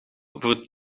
voor